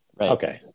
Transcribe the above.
okay